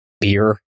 beer